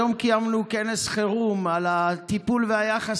היום קיימנו כנס חירום על הטיפול והיחס